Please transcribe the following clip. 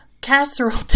Casserole